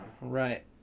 Right